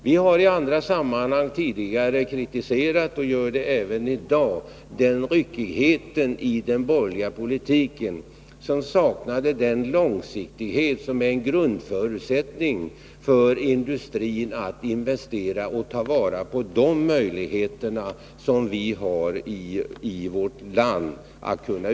Vi har i andra sammanhang tidigare kritiserat ryckigheten i den borgerliga politiken, och vi gör det även i dag. Den långsiktighet saknades som är en grundförutsättning för att industrin skall investera och ta vara på de möjligheter vi har i vårt land.